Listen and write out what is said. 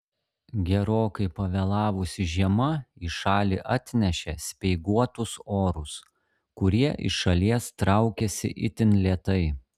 gerokai pavėlavusi žiema į šalį atnešė speiguotus orus kurie iš šalies traukiasi itin lėtai